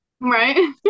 Right